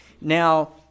Now